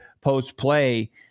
post-play